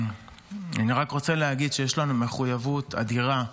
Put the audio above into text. אני רק רוצה להגיד שיש לנו מחויבות אדירה,